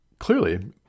Clearly